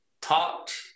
talked